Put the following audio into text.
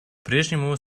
прежнему